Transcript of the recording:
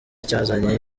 cyazanye